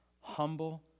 humble